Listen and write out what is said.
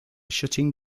shutting